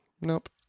Nope